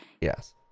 yes